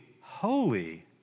holy